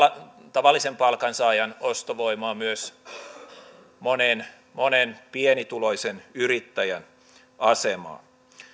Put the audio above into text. tavallisen palkansaajan ostovoimaa myös monen pienituloisen yrittäjän asemaa